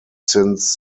since